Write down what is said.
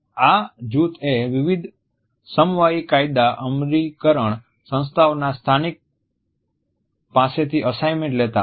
આ જૂથ એ વિવિધ સમવાયી કાયદા અમલીકરણ સંસ્થાઓના સ્થાનિક પાસેથી અસાઇનમેન્ટ લેતા હતા